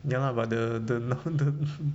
ya lah but the the the